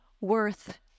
worth